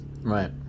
Right